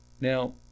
now